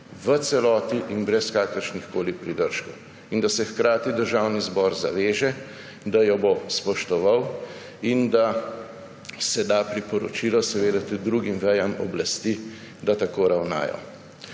v celoti in brez kakršnihkoli pridržkov. In da se hkrati Državni zbor zaveže, da jo bo spoštoval, in da se da priporočilo tudi drugim vejam oblasti, da tako ravnajo.